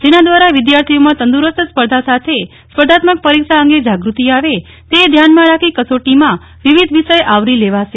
જેના દ્વારા વિદ્યાર્થીઓમાં તંદુરસ્ત સ્પર્ધા સાથે સ્પર્ધાત્મક પરીક્ષા અંગે જાગૂતિ આવે તે ધ્યાનમાં રાખી કસોટીમાં વિવિધ વિષય આવરી લેવાશે